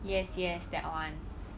yes yes that [one]